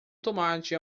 tomate